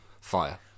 fire